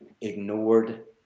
Ignored